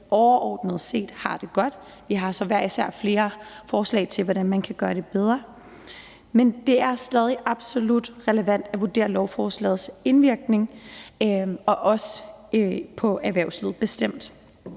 overordnet set har det godt. Vi har så hver især flere forslag til, hvordan man kan gøre det bedre, men det er stadig absolut relevant at vurdere lovforslagets indvirkning, bestemt også på erhvervslivet.